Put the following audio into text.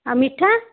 ଆଉ ମିଠା